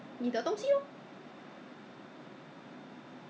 我就是忘记了在那里好像 orh 好像是在